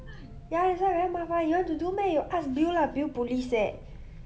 ya that's why very 麻烦 you want to do meh you asked bill lah bill police eh